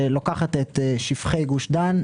היא לוקחת את שפכי גוש דן,